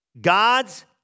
God's